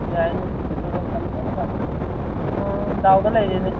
ꯌꯥꯏꯅꯦ ꯑꯗꯨꯁꯨ ꯑꯣ ꯗꯥꯎꯗ ꯂꯩꯔꯦꯅꯦ